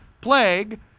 plague